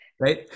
right